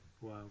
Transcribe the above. Wow